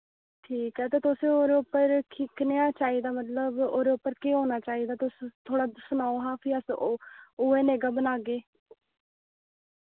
ठीक ऐ ते तुसें ओह्दे उप्पर कि कनेहा चाहिदा मतलब ओह्दे उप्पर केह् होना चाहिदा तुस थोह्ड़ा सनाओ हां फ्ही अस ओह् उ'यै नेगा बनाह्गे